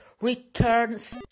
returns